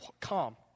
calm